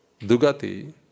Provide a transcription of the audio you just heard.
Dugati